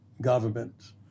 government